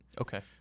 Okay